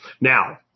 Now